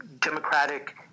democratic